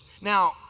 Now